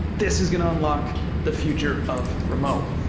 this is going to unlock the future of remote,